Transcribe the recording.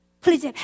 Please